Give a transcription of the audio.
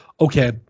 Okay